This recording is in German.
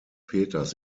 peters